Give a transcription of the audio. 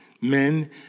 men